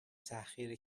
تحقیر